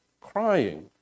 crying